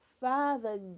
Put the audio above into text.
Father